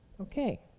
Okay